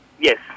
Yes